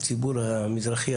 הציבור המזרחי,